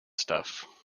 stuff